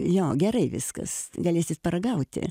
jo gerai viskas galėsit paragauti